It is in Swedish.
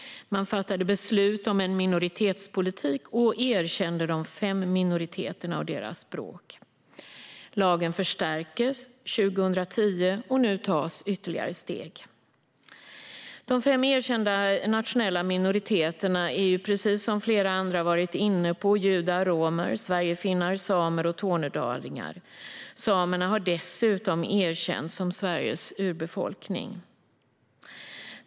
Man fattade beslut om en minoritetspolitik och erkände de fem minoriteterna och deras språk. Lagen förstärktes 2010, och nu tas ytterligare steg. De fem erkända nationella minoriteterna är, som flera andra har varit inne på, judar, romer, sverigefinnar, samer och tornedalingar. Samerna har dessutom erkänts som Sveriges urbefolkning.